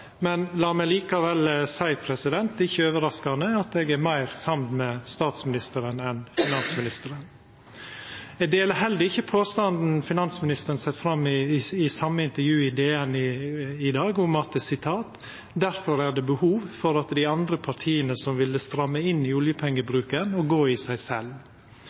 men la meg likevel seia, ikkje overraskande, at eg er meir samd med statsministeren enn med finansministeren. Eg deler heller ikkje påstanden finansministeren set fram i same intervju i DN i dag: «Derfor er det behov for de andre partiene som ville stramme inn [oljepengebruken] å gå i seg selv.»